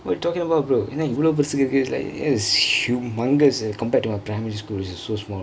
what you talkingk about bro என்ன இவலொ பெருசுக்கு இருக்கு:enna ivalo perusukku irukku it was humungkous eh compared to our primary school is so small